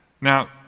Now